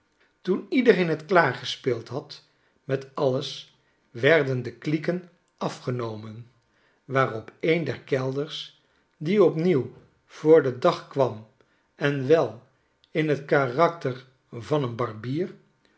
toen iedereen het klaargespeeld had met alles werden de klieken afgenomen waarop een der kellners die opnieuw voor den dag kwam en wel in t karakter van een barbier